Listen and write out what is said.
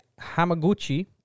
Hamaguchi